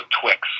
Twix